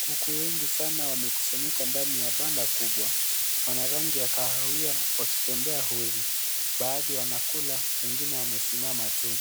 Kuku wengi sana wamekusanyika ndani ya banda kubwa. Wana rangi ya kahawia wakitembea huru baadhi wanakula wengine wamesimama tu.